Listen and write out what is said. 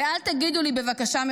אז תגידו לי בבקשה,